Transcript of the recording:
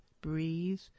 breathe